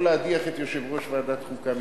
להדיח את יושב-ראש ועדת החוקה מתפקידו.